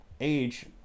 age